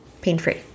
pain-free